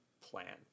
plan